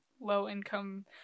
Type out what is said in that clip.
low-income